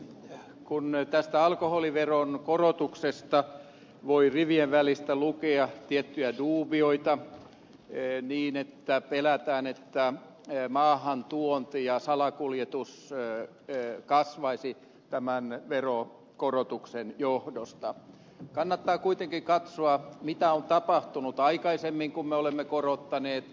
kun tästä alkoholiveron korotuksesta voi rivien välistä lukea tiettyjä dubioita että pelätään että maahantuonti ja salakuljetus kasvaisivat tämän veronkorotuksen johdosta niin kannattaa kuitenkin katsoa mitä on tapahtunut aikaisemmin kun me olemme korottaneet